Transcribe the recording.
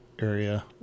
area